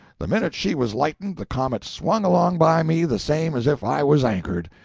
the minute she was lightened the comet swung along by me the same as if i was anchored.